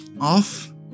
off